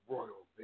Royal